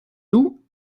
nous